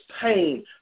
pain